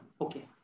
Okay